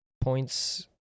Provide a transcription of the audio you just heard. points